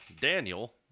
Daniel